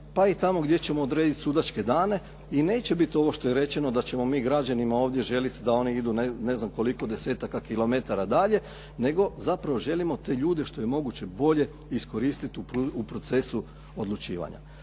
pa i tamo gdje ćemo odrediti sudačke dane i neće biti ovo što je rečeno da ćemo mi građanima ovdje željeti da oni idu ne znam koliko desetaka kilometara dalje, nego zapravo želimo te ljude što je moguće bolje iskoristiti u procesu odlučivanja.